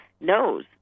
knows